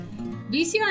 VCR